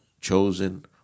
chosen